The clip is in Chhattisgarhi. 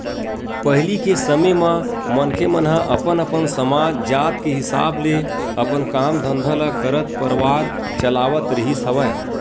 पहिली के समे म मनखे मन ह अपन अपन समाज, जात के हिसाब ले अपन काम धंधा ल करत परवार चलावत रिहिस हवय